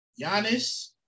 Giannis